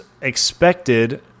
expected